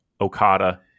Okada